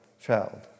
child